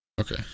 okay